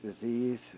disease